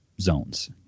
zones